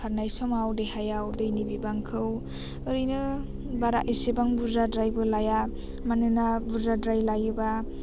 खारनाय समाव देहायाव दैनि बिबांखौ ओरैनो बारा एसेबां बुरजाद्रायबो लाया मानोना बुरजाद्राय लायोबा